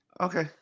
Okay